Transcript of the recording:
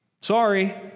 Sorry